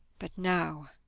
but now,